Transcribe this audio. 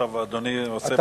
עכשיו אדוני עושה בחינות?